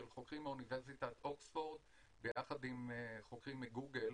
של חוקרים מאוניברסיטת אוקספורד ביחד עם חוקרים מגוגל,